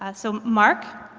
ah so mark?